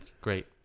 great